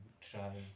try